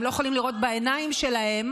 הם לא יכולים לראות בעיניים שלהם,